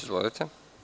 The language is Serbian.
Izvolite.